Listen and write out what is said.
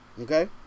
okay